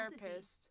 therapist